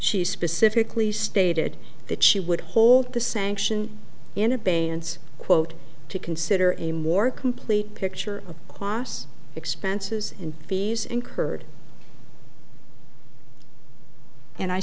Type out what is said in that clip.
she specifically stated that she would hold the sanction in abeyance quote to consider a more complete picture of class expenses and fees incurred and i